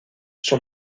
sur